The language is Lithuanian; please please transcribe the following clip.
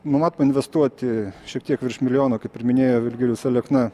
numatoma investuoti šiek tiek virš milijono kaip ir minėjo virgilijus alekna